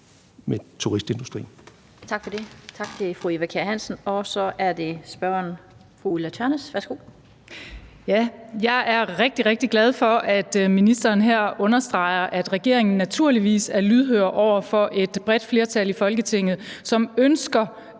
(Annette Lind): Tak for det. Tak til fru Eva Kjer Hansen. Og så er det spørgeren. Fru Ulla Tørnæs, værsgo. Kl. 15:11 Ulla Tørnæs (V): Jeg er rigtig, rigtig glad for, at ministeren her understreger, at regeringen naturligvis er lydhør over for et bredt flertal i Folketinget, som ønsker